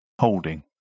Holding